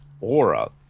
aura